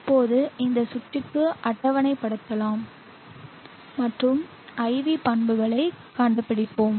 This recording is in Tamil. இப்போது இந்த சுற்றுக்கு அட்டவணைப்படுத்தலாம் மற்றும் IV பண்புகளைக் கண்டுபிடிப்போம்